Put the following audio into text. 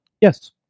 Yes